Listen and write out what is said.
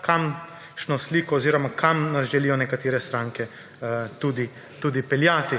kakšno sliko oziroma kam nas želijo nekatere stranke tudi peljati.